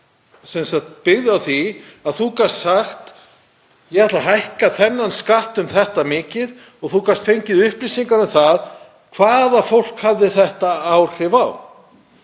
sem byggðist á því að maður gat sagt: Ég ætla að hækka þennan skatt um þetta mikið, og maður gat fengið upplýsingar um það hvaða fólk þetta hafði áhrif á.